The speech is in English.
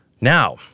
now